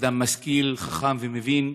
אדם משכיל, חכם ומבין,